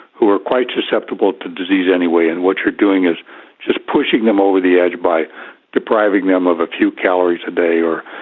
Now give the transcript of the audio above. who are quite susceptible to disease anyway. and what you're doing is just pushing them over the edge by depriving them of a few calories a day,